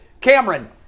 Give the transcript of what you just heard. Cameron